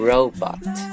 Robot